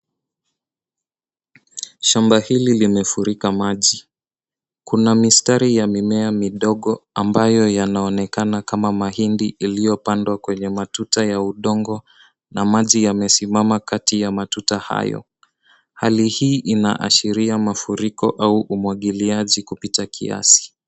Shamba hili limefurika maji. Kuna mistari ya mimea midogo ambayo yanaonekana kama mahindi iliyopandwa kwenye matuta ya udongo na maji yamesimama kati ya matuta hayo. Hali hii inaashiria mafuriko au umwagiliaji kupita kiasi.